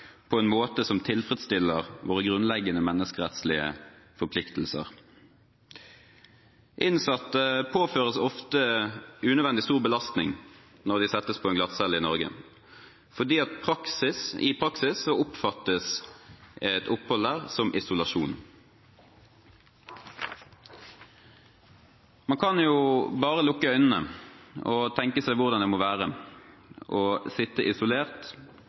på en måte som tilfredsstiller våre grunnleggende menneskerettslige forpliktelser. Innsatte påføres ofte unødvendig stor belastning når de settes på en glattcelle i Norge. I praksis oppfattes et opphold der som isolasjon. Man kan bare lukke øynene å tenke seg hvordan det må være å sitte isolert